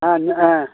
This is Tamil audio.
ஆ இன்னும் ஆ